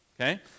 Okay